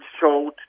showed